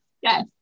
yes